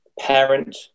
parent